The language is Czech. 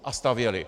A stavěli.